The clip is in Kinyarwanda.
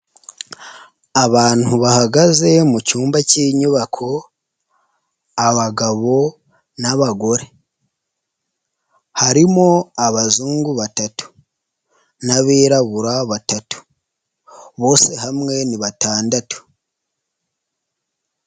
Abantu bahagaze mu cyumba k'inyubako, abagabo n'abagore harimo abazungu batatu n'abirabura batatu bose hamwe ni batandatu.